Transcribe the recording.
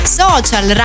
social